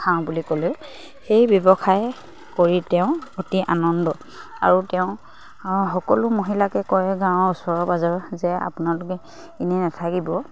খাওঁ বুলি ক'লেও সেই ব্যৱসায় কৰি তেওঁ অতি আনন্দ আৰু তেওঁ সকলো মহিলাকে কয় গাঁৱৰ ওচৰ পাঁজৰৰ যে আপোনালোকে এনেই নাথাকিব